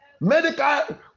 Medical